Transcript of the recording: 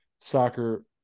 Soccer